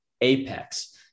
apex